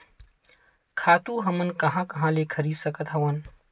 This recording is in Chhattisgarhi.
खातु हमन कहां कहा ले खरीद सकत हवन?